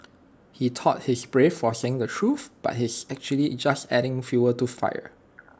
he thought he's brave for saying the truth but he's actually just adding fuel to fire